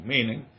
Meaning